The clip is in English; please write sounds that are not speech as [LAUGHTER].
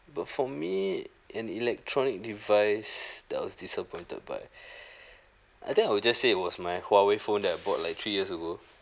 but for me an electronic device that I was disappointed by [BREATH] I think I will just say it was my huawei phone that I bought like three years ago